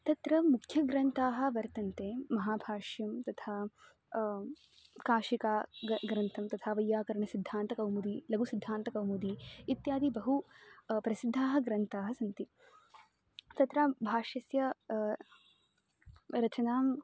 त्तर मुख्यग्रन्थाः वर्तन्ते महाभाष्यं तथा काशिका ग ग्रन्थः तथा वैयाकरणसिद्धान्तकौमुदी लगुसिद्धान्तकौमुदी इत्यादि बहु प्रसिद्धाः ग्रन्थाः सन्ति तत्र भाष्यस्य रचनां